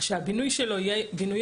שהבינוי שלו יהיה בינוי